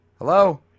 Hello